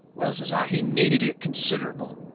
well, says i, he needed it considerable.